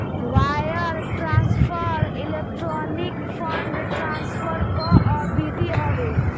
wire transfer electronic fund transfer कअ विधि हवे